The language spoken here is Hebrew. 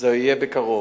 זה יהיה בקרוב.